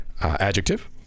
Adjective